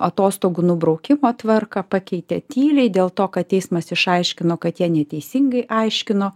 atostogų nubraukimo tvarką pakeitė tyliai dėl to kad teismas išaiškino kad jie neteisingai aiškino